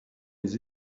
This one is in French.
les